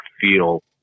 feel